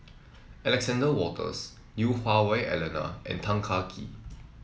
Alexander Wolters Lui Hah Wah Elena and Tan Kah Kee